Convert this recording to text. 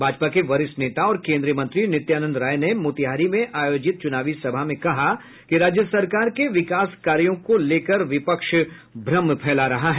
भाजपा के वरिष्ठ नेता और केन्द्रीय मंत्री नित्यानंद राय ने मोतिहारी में आयोजित चुनावी सभा में कहा कि राज्य सरकार के विकास के कार्यों को लेकर विपक्ष भ्रम फैला रहा है